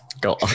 Go